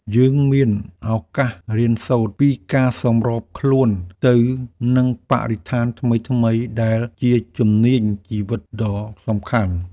យើងមានឱកាសរៀនសូត្រពីការសម្របខ្លួនទៅនឹងបរិស្ថានថ្មីៗ ដែលជាជំនាញជីវិតដ៏សំខាន់។